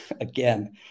again